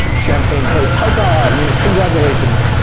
champagne toast huzzah, you know, congratulations.